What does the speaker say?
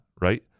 right